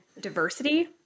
diversity